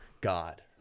God